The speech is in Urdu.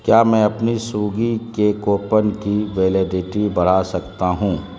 کیا میں اپنی سوگی کے کوپن کی ویلیڈٹی بڑھا سکتا ہوں